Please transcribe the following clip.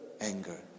anger